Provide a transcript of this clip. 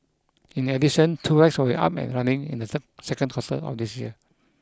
in addition two will be up and running in the second quarter of this year